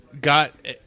got